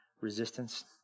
resistance